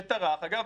שטרח - אגב,